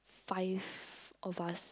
five of us